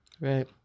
Right